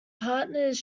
partners